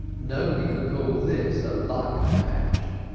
nobody could call this a luck-match.